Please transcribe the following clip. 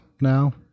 now